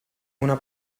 una